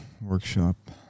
workshop